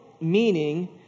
meaning